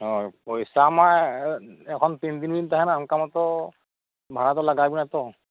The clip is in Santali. ᱦᱳᱭ ᱯᱚᱭᱥᱟ ᱢᱟ ᱮᱠᱷᱚᱱ ᱛᱤᱱ ᱫᱤᱱ ᱵᱤᱱ ᱛᱟᱦᱮᱱᱟ ᱚᱱᱠᱟ ᱢᱚᱛᱚ ᱵᱷᱟᱲᱟ ᱫᱚ ᱞᱟᱜᱟᱣ ᱵᱮᱱᱟ ᱛᱚ